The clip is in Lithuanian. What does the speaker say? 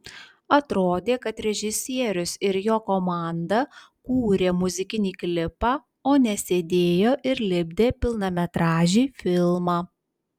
atrodė kad režisierius ir jo komanda kūrė muzikinį klipą o ne sėdėjo ir lipdė pilnametražį filmą